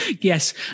Yes